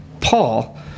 Paul